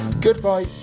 Goodbye